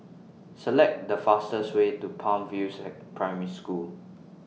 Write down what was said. Select The fastest Way to Palm View Primary School